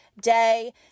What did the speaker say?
day